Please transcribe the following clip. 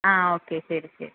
ആ ഓക്കേ ശരി ശരി